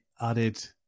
added